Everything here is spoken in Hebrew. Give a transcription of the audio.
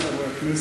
ודאי לחברי הכנסת.